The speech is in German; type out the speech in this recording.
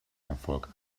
erfolg